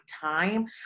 time